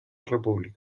república